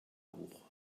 hoch